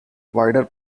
wider